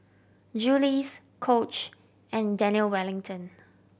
Julie's Coach and Daniel Wellington